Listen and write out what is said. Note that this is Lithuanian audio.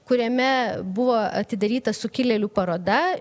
kuriame buvo atidaryta sukilėlių paroda